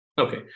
Okay